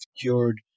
cured